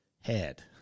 head